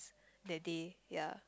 that day ya